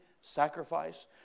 sacrifice